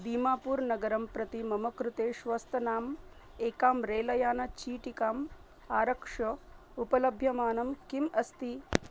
दीमापूर् नगरं प्रति मम कृते श्वस्तनाम् एकां रेल यानचीटिकाम् आरक्ष उपलभ्यमानं किम् अस्ति